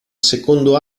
secondo